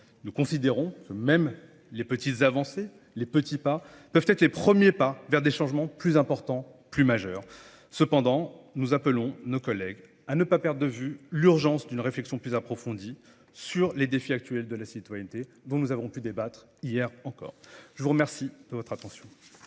Nous considérons que même les petits avancées, les petits pas peuvent être les premiers pas vers des changements plus importants, plus majeurs. Cependant, nous appelons nos collègues à ne pas perdre de vue l'urgence d'une réflexion plus approfondie sur les défis actuels de la citoyenneté dont nous avons pu débattre hier encore. Je vous remercie de votre attention.